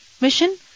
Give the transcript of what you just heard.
mission